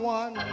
one